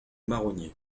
marronniers